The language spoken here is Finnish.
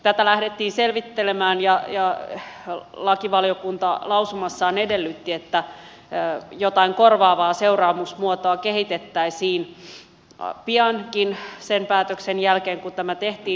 tätä lähdettiin selvittelemään ja lakivaliokunta lausumassaan edellytti että jotain korvaavaa seuraamusmuotoa kehitettäisiin piankin sen päätöksen jälkeen kun tämä tehtiin